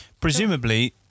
Presumably